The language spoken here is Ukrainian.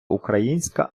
українська